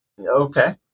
Okay